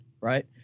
right